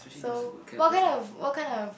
so what kind of what kind of